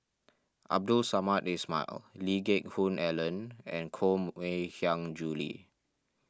Abdul Samad Ismail Lee Geck Hoon Ellen and Koh Mui Hiang Julie